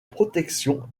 protection